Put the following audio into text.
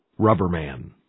Rubberman